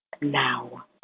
now